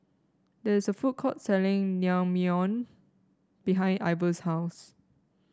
there is a food court selling Naengmyeon behind Ivor's house